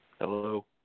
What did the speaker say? Hello